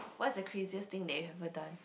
what's the craziest thing that you have ever done